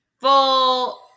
full